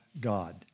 God